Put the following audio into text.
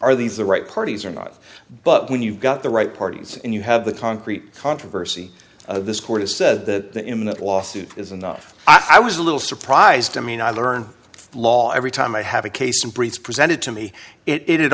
are these the right parties or not but when you've got the right parties and you have the concrete controversy this court has said that the in the lawsuit is enough i was a little surprised i mean i learn law every time i have a case in briefs presented to me it